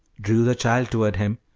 drew the child toward him,